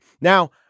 Now